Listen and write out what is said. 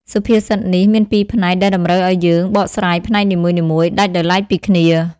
សុភាសិតនេះ មានពីរផ្នែកដែលតម្រូវឱ្យយើង បកស្រាយផ្នែកនីមួយៗដាច់ដោយឡែកពីគ្នា។